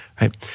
right